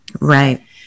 Right